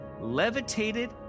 levitated